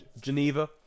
Geneva